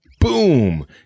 Boom